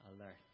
alert